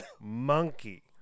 monkey